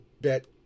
bet